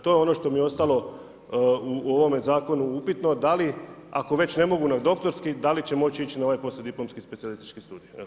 To je ono što mi je ostalo u ovome zakonu upitno, da li, ako već ne mogu na doktorski, da li će moći na ovaj poslijediplomski specijalistički studij?